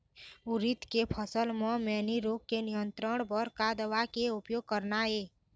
उरीद के फसल म मैनी रोग के नियंत्रण बर का दवा के उपयोग करना ये?